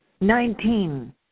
Nineteen